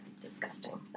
disgusting